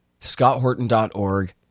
scotthorton.org